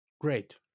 Great